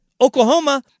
Oklahoma